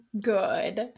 Good